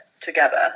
together